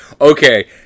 okay